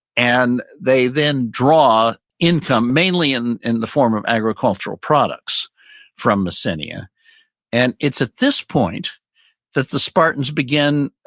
and they then draw income mainly in in the form of agricultural products from messina yeah and it's at this point that the spartans begin,